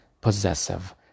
possessive